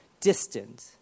distant